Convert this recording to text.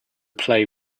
play